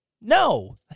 No